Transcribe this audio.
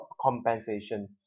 compensation